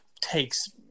takes